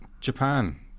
Japan